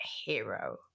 hero